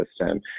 system